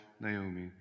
Naomi